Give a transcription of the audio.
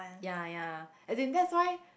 ya ya as in that's why